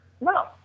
No